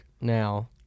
now